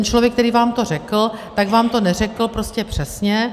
Člověk, který vám to řekl, vám to neřekl prostě přesně.